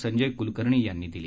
संजय क्लकर्णी यांनी दिली